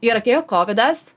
ir atėjo kovidas